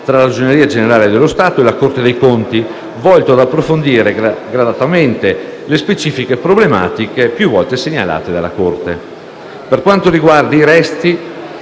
tra la Ragioneria generale dello Stato e la Corte dei conti volto ad approfondire gradatamente le specifiche problematiche più volte segnalate dalla Corte stessa. Per quanta riguarda i resti